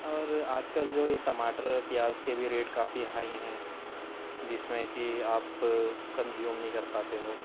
اور آج کل جو یہ ٹماٹر اور پیاز کے بھی ریٹ کافی ہائی ہیں جس میں کہ آپ کنزیوم نہیں کر پاتے ہو